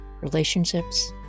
relationships